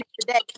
today